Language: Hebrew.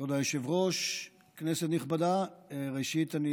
כבוד היושב-ראש, כנסת נכבדה, ראשית, אני